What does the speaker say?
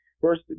first